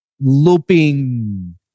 looping